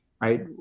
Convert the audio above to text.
right